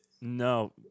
No